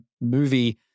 movie